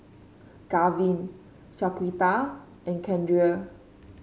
Gavin Shaquita and Keandre